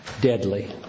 deadly